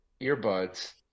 earbuds